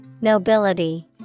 Nobility